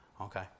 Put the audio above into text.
Okay